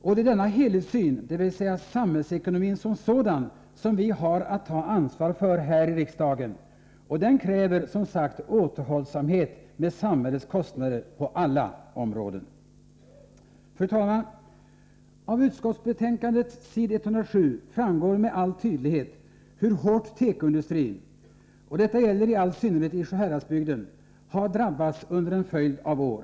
Det är denna helhetssyn, dvs. samhällsekonomin som sådan, som vi har att ta ansvar för här i riksdagen, och den kräver som sagt återhållsamhet med samhällets kostnader på alla områden. Fru talman! Av utskottsbetänkandet, s. 107, framgår med all tydlighet hur hårt tekoindustrin — och då i all synnerhet i Sjuhäradsbygden — har drabbats under en följd av år.